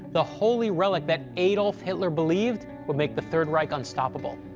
the holy relic that adolf hitler believed would make the third reich unstoppable.